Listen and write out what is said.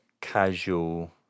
casual